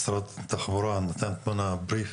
משרד התחבורה נתן תמונה כללית